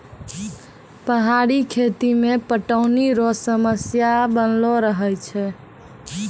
पहाड़ी खेती मे पटौनी रो समस्या बनलो रहै छै